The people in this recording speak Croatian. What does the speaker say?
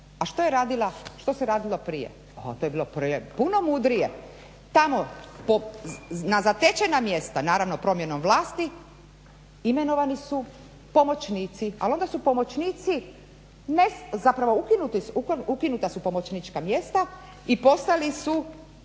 A što se radilo prije? A to je bilo prije puno mudrije. Tamo na zatečena mjesta naravno promjenom vlasti imenovani su pomoćnici. Ali onda su pomoćnici zapravo ukinuta su pomoćnička mjesta i postali su